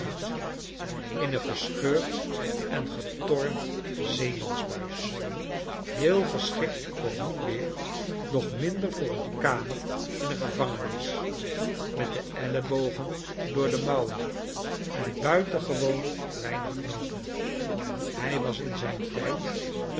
in een gescheurd en getornd zeemansbuis heel geschikt voor ruw weer doch minder voor een kamer in een gevangenis met de eilebogen door de mouwen en buitengewoon weinig knoopen hij was in zijn tijd